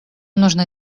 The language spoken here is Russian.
нужно